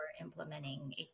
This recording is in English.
implementing